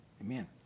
Amen